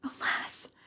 Alas